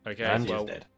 Okay